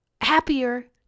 happier